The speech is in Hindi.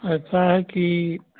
ऐसा है कि